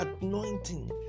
anointing